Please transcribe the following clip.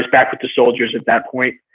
back with the soldiers at that point,